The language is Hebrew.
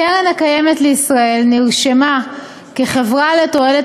הקרן הקיימת לישראל נרשמה כחברה לתועלת